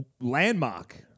landmark